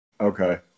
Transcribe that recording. Okay